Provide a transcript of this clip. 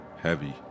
Heavy